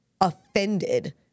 offended